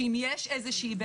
שאם יש בעיה,